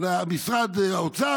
ו"משרד האוצר,